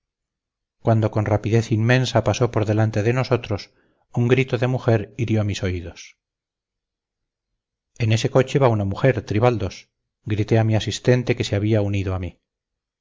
cuando con rapidez inmensa pasó por delante de nosotros un grito de mujer hirió mis oídos en ese coche va una mujer tribaldos grité a mi asistente que se había unido a mí